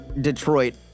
Detroit